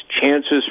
chances